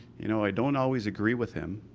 you know i don't always agree with him,